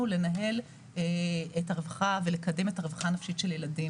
לנהל את הרווחה ולקדם את הרווחה הנפשית של ילדים.